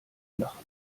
lachen